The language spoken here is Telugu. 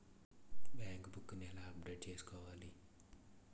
బ్యాంక్ బుక్ నీ ఎలా అప్డేట్ చేసుకోవాలి?